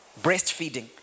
breastfeeding